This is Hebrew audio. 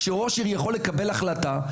שראש עיר יכול לקבל החלטה,